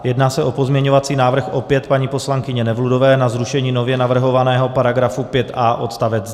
Jedná se o pozměňovací návrh opět paní poslankyně Nevludové na zrušení nově navrhovaného § 5a odst.